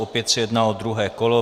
Opět se jedná o druhé kolo.